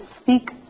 speak